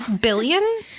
Billion